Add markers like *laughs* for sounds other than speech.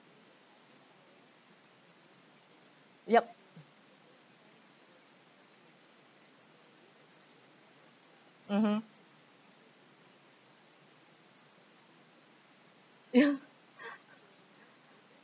yup mmhmm ya *laughs*